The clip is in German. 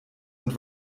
und